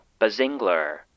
Bazingler